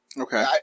Okay